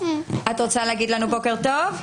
אבל יכול להיות שצריך לחפש את המנגנון הקונקרטי שיעשה את זה.